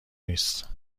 نیست